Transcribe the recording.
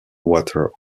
water